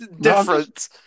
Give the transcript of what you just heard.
difference